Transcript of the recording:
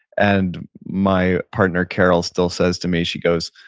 and my partner, carol, still says to me, she goes,